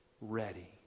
ready